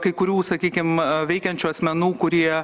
kai kurių sakykim veikiančių asmenų kurie